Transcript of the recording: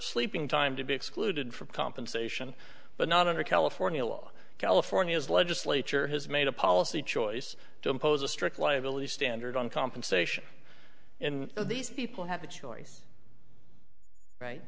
sleeping time to be excluded for compensation but not under california law california is legislature has made a policy choice to impose a strict liability standard on compensation in these people have a choice right